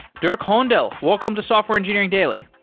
dirk hohndel, welcome to software engineering daily